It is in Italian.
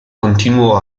continuò